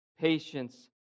patience